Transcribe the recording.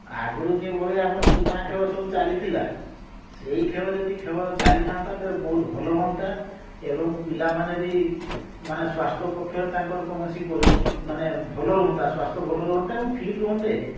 ଅଗରୁ ଯେଭଳି ଆମର ପୁରୁଣା ଖେଳ ସବୁ ଚାଲିଥିଲା ସେହି ଖେଳ ଯଦି ଖେଳ ଚାଲିଥାଆନ୍ତା ତେବେ ବହୁତ ଭଲ ହୁଅନ୍ତା ଏବଂ ପିଲାମାନେ ବି ମାନେ ସ୍ୱାସ୍ଥ୍ୟ ପକ୍ଷରେ ତାଙ୍କର କୌଣସି ମାନେ ଭଲ ରୁହନ୍ତା ସ୍ଵାସ୍ଥ୍ୟ ଭଲ ରୁହନ୍ତା ଏବଂ ଫିଟ୍ ରୁହନ୍ତେ